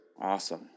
Awesome